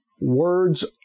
Words